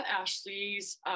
ashley's